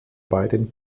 beiden